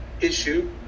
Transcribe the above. issue